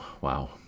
Wow